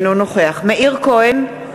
אינו נוכח מאיר כהן,